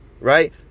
Right